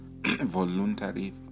voluntary